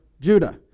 Judah